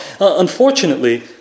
Unfortunately